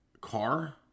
car